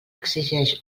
exigeix